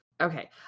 Okay